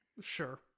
Sure